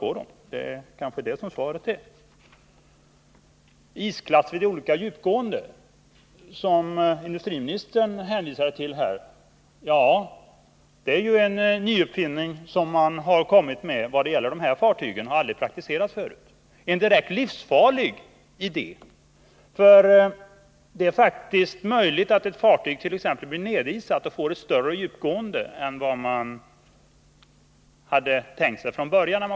Ja, svaret är kanske att man inte har undersökt de andra fartygen lika noggrant. Industriministern hänvisade till att fartygen har byggts för olika isklass vid olika djupgående. Det är ett nytt förfarande som man uppfunnit just för dessa fartyg men som aldrig har praktiserats förut. Det är en direkt livsfarlig idé. Det är t.ex. möjligt att ett fartyg blir nedisat och får ett större djupgående när man kommit in i is än vad man hade tänkt sig från början.